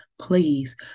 Please